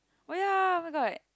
oh ya oh-my-god